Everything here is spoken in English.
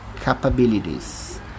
capabilities